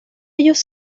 ellos